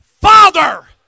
Father